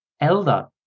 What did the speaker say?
Elder